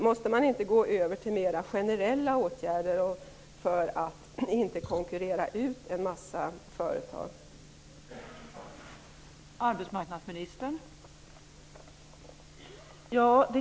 Måste man inte gå över till mer generella åtgärder för att en massa företag inte skall konkurreras ut?